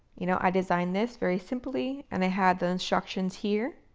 you know, i designed this very simply and they had the instructions here.